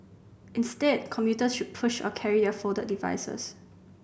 instead commuters should push or carry their folded devices